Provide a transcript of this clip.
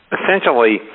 Essentially